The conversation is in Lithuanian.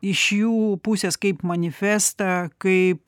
iš jų pusės kaip manifestą kaip